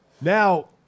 Now